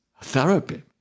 therapy